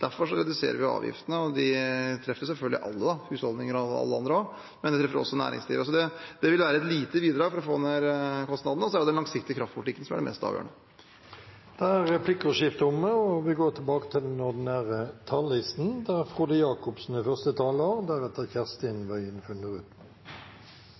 Derfor reduserer vi avgiftene, og de treffer selvfølgelig alle – bl.a. husholdninger, men de treffer også næringslivet. Det vil være et lite bidrag for å få ned kostnadene, og så er det den langsiktige kraftpolitikken som er mest avgjørende. Replikkordskiftet er omme. De talerne som heretter får ordet, har en taletid på inntil 3 minutter. På en dag som vi